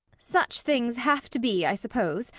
such things have to be, i suppose,